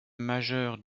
majeurs